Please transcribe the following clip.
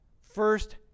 first